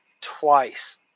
twice